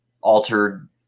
altered